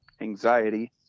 anxiety